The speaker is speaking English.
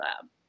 lab